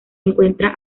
encuentra